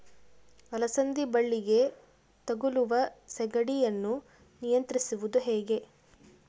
ಅಲಸಂದಿ ಬಳ್ಳಿಗೆ ತಗುಲುವ ಸೇಗಡಿ ಯನ್ನು ನಿಯಂತ್ರಿಸುವುದು ಹೇಗೆ?